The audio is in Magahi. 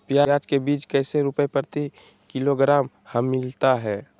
प्याज के बीज कैसे रुपए प्रति किलोग्राम हमिलता हैं?